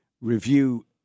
review